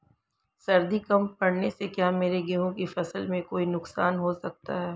सर्दी कम पड़ने से क्या मेरे गेहूँ की फसल में कोई नुकसान हो सकता है?